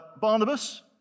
Barnabas